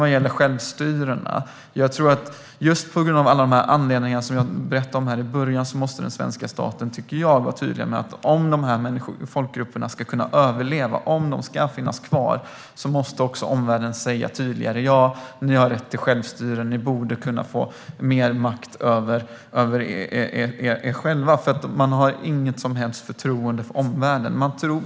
Vad gäller självstyrena tror jag att den svenska staten, just på grund av de anledningar som jag redogjorde för här i början, måste vara tydlig med att om de här folkgrupperna ska kunna överleva och finnas kvar måste omvärlden tydligt säga: Ja, ni har rätt till självstyre. Ni borde kunna få mer makt över er själva. De har nämligen inget som helst förtroende för omvärlden.